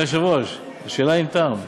אדוני היושב-ראש, זו שאלה עם טעם.